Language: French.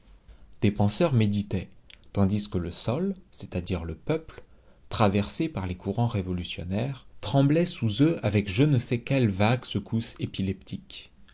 des penseurs méditaient tandis que le sol c'est-à-dire le peuple traversé par les courants révolutionnaires tremblait sous eux avec je ne sais quelles vagues secousses épileptiques